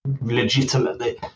legitimately